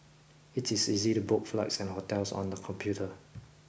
it is easy to book flights and hotels on the computer